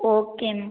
okay ma'am